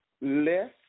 less